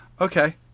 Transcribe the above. Okay